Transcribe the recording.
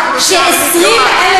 בשם הערבים בישראל.